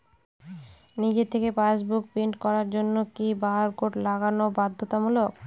নিজে থেকে passbook print করার জন্য কি বারকোড লাগানো বাধ্যতামূলক?